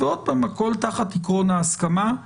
ועוד פעם, הכול תחת עיקרון ההסכמה.